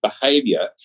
behavior